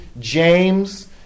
James